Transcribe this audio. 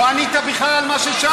לא ענית בכלל על מה ששאלתי אותך.